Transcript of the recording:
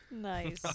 Nice